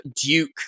duke